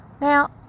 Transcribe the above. Now